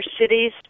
cities